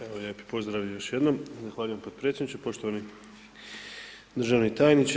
Evo lijepi pozdrav još jednom, zahvaljujem potpredsjedniče, poštovani državni tajniče.